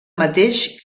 mateix